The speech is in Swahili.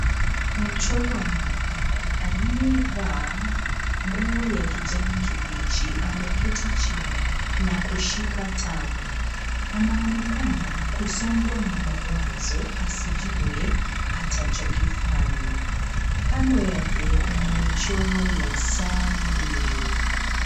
Ni mchoro wa mwanadada aliyevaa nguo ya kijani kibichi ameketi chini na kushika tama. Anaonekana kusongwa na mawazo asijue atacho kifanya. Kando yake kuna michoro ya saa mbili.